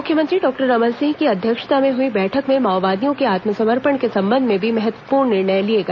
मुख्यमंत्री डॉक्टर रमन सिंह की अध्यक्षता में हुई बैठक में माओवादियों के आत्मसमर्पण के संबंध में भी महत्वपूर्ण निर्णय लिया गया